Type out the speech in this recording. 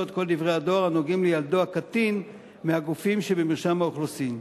את כל דברי הדואר הנוגעים בילדו הקטין מהגופים שבמרשם האוכלוסין.